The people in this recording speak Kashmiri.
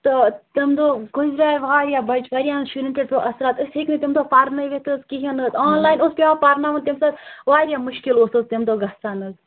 تہٕ تَمہِ دۄہ گُزرے واریاہ بچہٕ واریاہَن شُرٮ۪ن پٮ۪ٹھ پیوٚو اَثرات أسۍ ہیٚکۍ نہٕ تَمہِ دۄہ پَرنٲوِتھ حظ کِہیٖنۍ نہٕ حظ آنلایِن اوسُکھ یِوان پَرناوان تَمہِ سۭتۍ واریاہ مُشکِل اوس حظ تَمہِ دۄہ گَژھان حظ